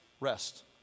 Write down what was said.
rest